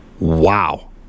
wow